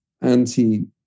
anti